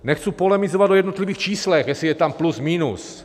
Nechci polemizovat o jednotlivých číslech, jestli je tam plus, minus.